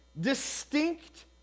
distinct